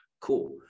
Cool